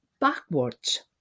backwards